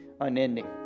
unending